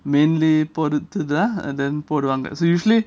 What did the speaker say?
mainly பொறுத்து தான்:poruthuthan and then போடுவாங்க:poduvanga so usually